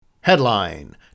Headline